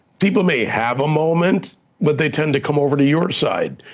people may have a moment but they tend to come over to your side,